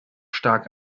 stark